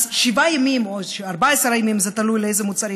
אז שבעה ימים או 14 ימים, זה תלוי לאיזה מוצרים,